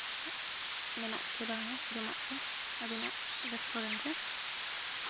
ᱢᱮᱱᱟᱜ ᱪᱮ ᱵᱟᱝᱟ ᱡᱚᱢᱟᱜ ᱟᱹᱵᱤᱱᱟᱜ ᱨᱮᱥᱴᱩᱨᱮᱱᱴ ᱨᱮ